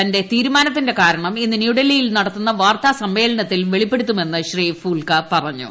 തന്റെ തീരുമാനത്തിന്റെ കാരണം ഇന്ന് ന്യൂഡൽഹിയിൽ നടത്തുന്ന വാർത്താ സമ്മേളനത്തിൽ വെളിപ്പെടുത്തുമെന്ന് ശ്രീ ഫൂൽക്ക പറഞ്ഞു